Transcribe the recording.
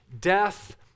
death